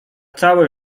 całe